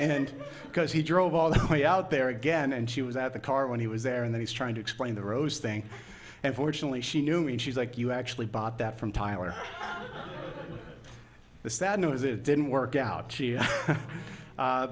and because he drove all the way out there again and she was at the car when he was there and he's trying to explain the rose thing and fortunately she knew me and she's like you actually bought that from tyler the sad news is it didn't work out